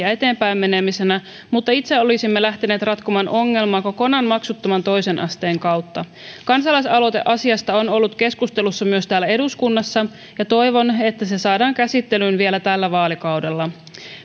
ja eteenpäin menemisenä mutta itse olisimme lähteneet ratkomaan ongelmaa kokonaan maksuttoman toisen asteen kautta myös kansalaisaloite asiasta on ollut keskustelussa täällä eduskunnassa ja toivon että se saadaan käsittelyyn vielä tällä vaalikaudella